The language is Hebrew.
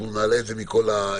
נעלה את זה מכל ההיבטים.